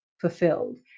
fulfilled